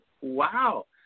wow